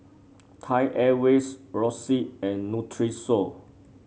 Thai Airways Roxy and Nutrisoy